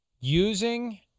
using